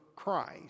Christ